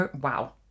Wow